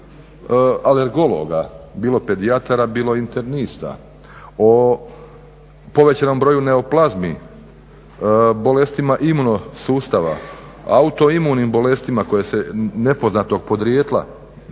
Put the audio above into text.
alergoologa, bilo pedijatara, bilo internista. O povećanom broju neoplazmi, bolestima imuno sustava, auto imunim bolestima koje su nepoznatog podrijetla